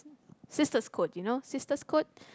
sisters code you know sisters code